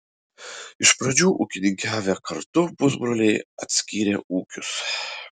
iš pradžių ūkininkavę kartu pusbroliai atskyrė ūkius